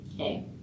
okay